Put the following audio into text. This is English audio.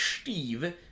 Steve